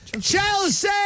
Chelsea